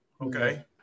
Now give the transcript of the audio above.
Okay